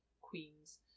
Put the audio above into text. queens